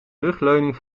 rugleuning